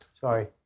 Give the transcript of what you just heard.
Sorry